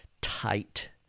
tight